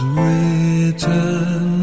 written